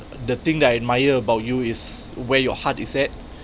the thing that I admire about you is where your heart is at